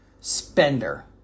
spender